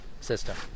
system